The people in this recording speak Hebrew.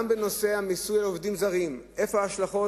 בנושא מיסוי העובדים הזרים, איפה ההשלכות?